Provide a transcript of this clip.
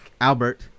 Albert